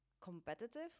competitive